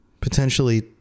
potentially